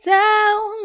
down